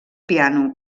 piano